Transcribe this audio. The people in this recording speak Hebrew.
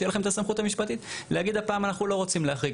שתהיה לכם הסמכות המשפטית להגיד הפעם אנחנו לא רוצים להחריג.